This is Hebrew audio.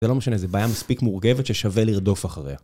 זה לא משנה, זה בעיה מספיק מורכבת ששווה לרדוף אחריה.